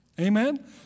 Amen